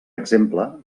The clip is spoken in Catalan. exemple